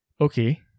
Okay